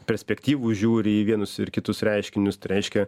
perspektyvų žiūri į vienus ir kitus reiškinius tai reiškia